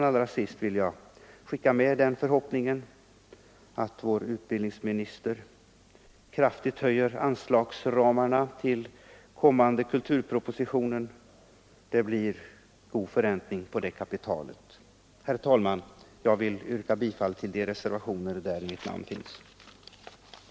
Till sist vill jag skicka med den förhoppningen att utbildningsministern kraftigt höjer anslagsramarna i kommande kulturpropositioner. Det blir god förräntning på det kapitalet. Herr talman! Jag yrkar bifall till de reservationer där mitt namn finns med.